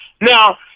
Now